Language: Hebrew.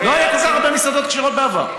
לא היו כל כך הרבה מסעדות כשרות בעבר.